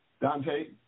dante